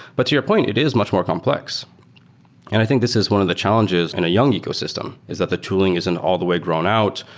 but your point, it is much more complex, and i think this is one of the challenges in a young ecosystem, is that the tooling isn't all the way grown out.